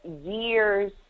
years